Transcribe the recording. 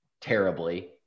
terribly